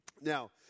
Now